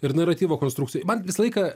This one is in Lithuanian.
ir naratyvo konstrukcijoj man visą laiką